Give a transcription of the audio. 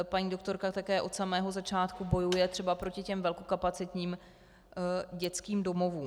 Paní doktorka také od samého začátku bojuje třeba proti těm velkokapacitním dětským domovům.